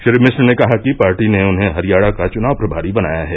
श्री मिश्र ने कहा कि पार्टी ने उन्हें हरियाणा का चुनाव प्रभारी बनाया है